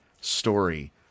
story